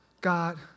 God